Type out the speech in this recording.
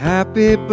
Happy